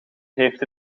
heeft